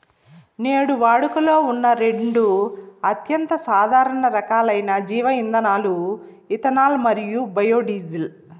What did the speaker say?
నేడు వాడుకలో ఉన్న రెండు అత్యంత సాధారణ రకాలైన జీవ ఇంధనాలు ఇథనాల్ మరియు బయోడీజిల్